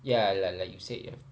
ya like like you said you have